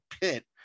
pit